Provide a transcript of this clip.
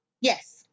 Yes